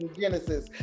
Genesis